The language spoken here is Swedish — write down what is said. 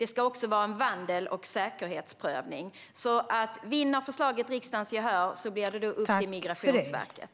Det ska också vara en vandels och säkerhetsprövning. Om förslaget vinner riksdagens gehör blir det alltså upp till Migrationsverket.